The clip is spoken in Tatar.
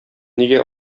нигә